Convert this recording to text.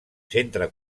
centre